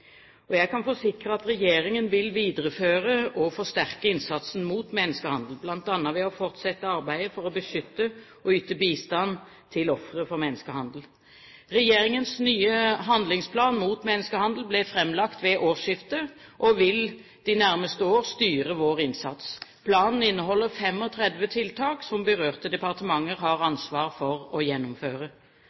Jeg kan forsikre at regjeringen vil videreføre og forsterke innsatsen mot menneskehandel, bl.a. ved å fortsette arbeidet for å beskytte og yte bistand til ofre for menneskehandel. Regjeringens nye handlingsplan mot menneskehandel ble framlagt ved årsskiftet, og vil de nærmeste år styre vår innsats. Planen inneholder 35 tiltak som berørte departementer har ansvar for å gjennomføre.